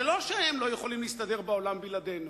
זה לא שהם לא יכולים להסתדר בעולם בלעדינו.